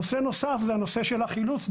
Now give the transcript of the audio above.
נושא שלישי, זה הנושא של החילוץ.